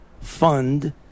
fund